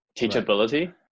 teachability